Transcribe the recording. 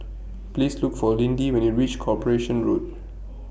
Please Look For Lindy when YOU REACH Corporation Road